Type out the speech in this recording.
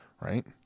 Right